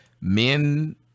men